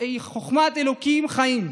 היא חוכמת אלוקים חיים.